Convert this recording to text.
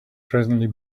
presently